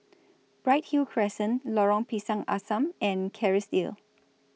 Bright Hill Crescent Lorong Pisang Asam and Kerrisdale